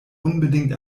unbedingt